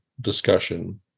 discussion